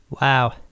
Wow